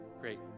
Great